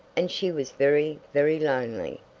and she was very, very lonely,